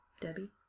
Debbie